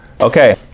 Okay